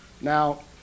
Now